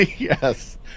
yes